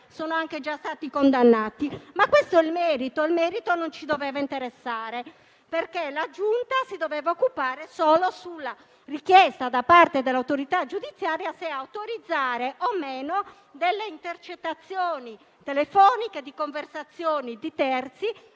sono già stati condannati. Ma questo è il merito e il merito non ci doveva interessare, perché la Giunta si doveva occupare solo della richiesta dell'autorità giudiziaria di autorizzazione o meno all'utilizzo delle intercettazioni telefoniche di conversazioni di terzi a